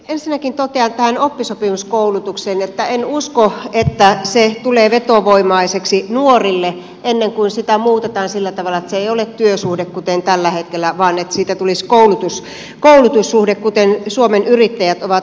ensinnäkin totean tähän oppisopimuskoulutukseen että en usko että se tulee vetovoimaiseksi nuorille ennen kuin sitä muutetaan sillä tavalla että se ei ole työsuhde kuten tällä hetkellä vaan siitä tulisi koulutussuhde kuten suomen yrittäjät on esittänyt